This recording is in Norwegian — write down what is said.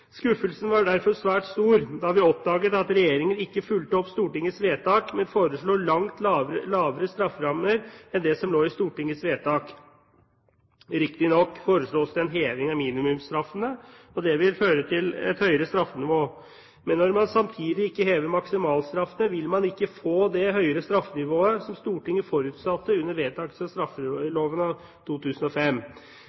Skuffelsen var derfor svært stor da vi oppdaget at regjeringen ikke fulgte opp Stortingets vedtak, men foreslo langt lavere strafferammer enn det som lå i Stortingets vedtak. Riktig nok forslås det en heving av minimumsstraffene, og det vil føre til et høyere straffenivå, men når man samtidig ikke hever maksimalstraffene, vil man ikke få det høyere straffenivået som Stortinget forutsatte under vedtakelsen av